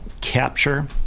capture